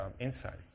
insights